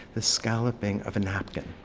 the scalloping of a napkin.